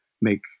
make